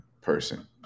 person